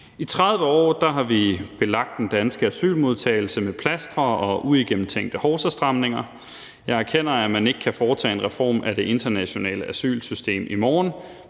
I 30 år har vi belagt den danske asylmodtagelse med plastre og uigennemtænkte hovsastramninger. Jeg erkender, at man ikke kan foretage en reform af det internationale asylsystem i morgen,